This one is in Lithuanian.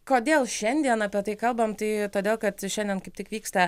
kodėl šiandien apie tai kalbam tai todėl kad šiandien kaip tik vyksta